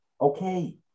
okay